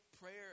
prayer